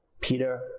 Peter